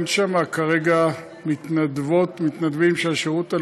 אין שם כרגע מתנדבות או מתנדבים של השירות הלאומי.